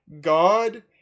God